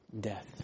death